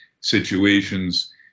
situations